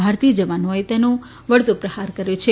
ભારતીય જવાનોએ તેનો વળતો પ્રહાર કર્યો છે